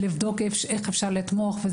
כדי לבדוק איך אפשר לתמוך.